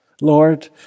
Lord